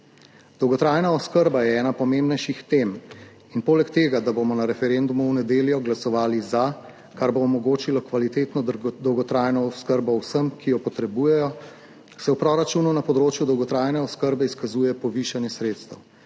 Dolgotrajna oskrba je ena pomembnejših tem in poleg tega, da bomo na referendumu v nedeljo glasovali za, kar bo omogočilo kvalitetno dolgotrajno oskrbo vsem, ki jo potrebujejo, se v proračunu na področju dolgotrajne oskrbe izkazuje povišanje sredstev.